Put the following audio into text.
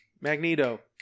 magneto